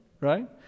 right